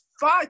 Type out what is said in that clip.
fuck